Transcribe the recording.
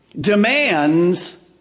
demands